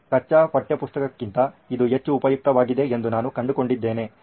ಕಚ್ಚಾ ಪಠ್ಯಪುಸ್ತಕಕ್ಕಿಂತ ಇದು ಹೆಚ್ಚು ಉಪಯುಕ್ತವಾಗಿದೆ ಎಂದು ನಾನು ಕಂಡುಕೊಂಡಿದ್ದೇನೆ